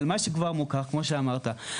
אבל מה שכבר מוכר, כמו שאמרת.